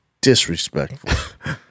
Disrespectful